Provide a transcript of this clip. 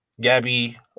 Gabby